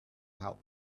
out